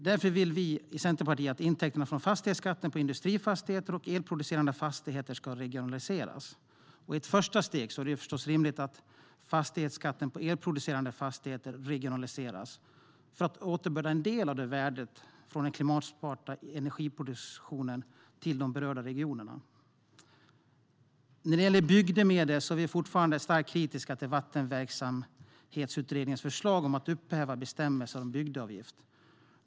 Därför vill vi i Centerpartiet att intäkterna från fastighetsskatten på industrifastigheter och elproducerande fastigheter ska regionaliseras. I ett första steg är det rimligt att fastighetsskatten på elproducerande fastigheter regionaliseras för att återbörda en del av värdet från den klimatsmarta energiproduktionen till de berörda regionerna. När det gäller bygdemedel är vi fortfarande starkt kritiska till Vattenverksamhetsutredningens förslag om att upphäva bestämmelser om bygdeavgift.